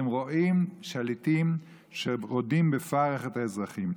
אתם רואים שליטים שרודים בפרך את האזרחים.